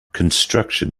construction